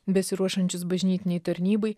besiruošiančius bažnytinei tarnybai